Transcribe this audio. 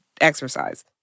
exercise